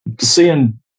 Seeing